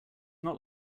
not